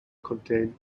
contain